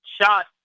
shot